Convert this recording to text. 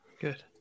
Good